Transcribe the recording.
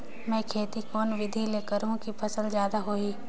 मै खेती कोन बिधी ल करहु कि फसल जादा होही